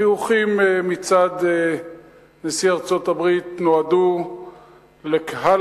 החיוכים מצד נשיא ארצות-הברית נועדו לקהל